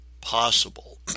possible